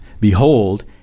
Behold